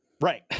Right